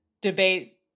debate